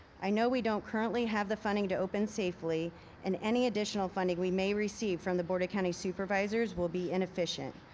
i know we don't currently have the funding to open safely and any additional funding we may receive from the board of county supervisors will be inefficient.